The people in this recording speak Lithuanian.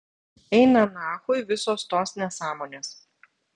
eina nachui visos tos nesąmonės